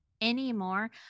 anymore